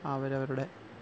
അവരവരുടെ